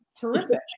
Terrific